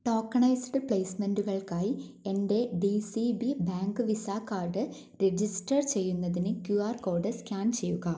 tokenised പ്ലെയ്സ്മെൻ്റുകൾക്കായി എൻ്റെ D C B bank visa card register ചെയ്യുന്നതിന് ക്യൂ ആർ കോഡ് സ്കാൻ ചെയ്യുക